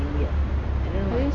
collin's what